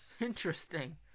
interesting